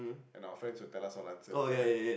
and our friends will tell us all the answers in the toilet